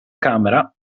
camera